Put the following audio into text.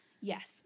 yes